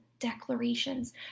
declarations